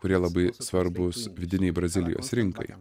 kurie labai svarbūs vidinei brazilijos rinkai